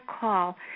call